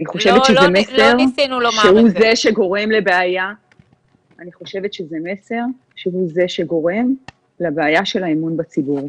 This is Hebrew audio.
אני חושבת שזה מסר שהוא זה שגורם לבעיה של האמון בציבור,